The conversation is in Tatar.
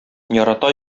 ярата